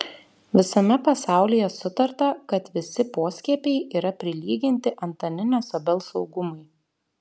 visame pasaulyje sutarta kad visi poskiepiai yra prilyginti antaninės obels augumui